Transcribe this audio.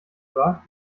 war